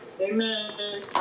Amen